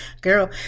girl